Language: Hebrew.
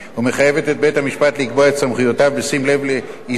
ומחייבת את בית-המשפט לקבוע את סמכויותיו בשים לב לאיסור